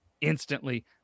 instantly